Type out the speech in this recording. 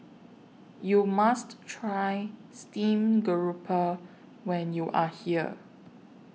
YOU must Try Steamed Grouper when YOU Are here